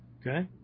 Okay